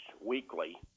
weekly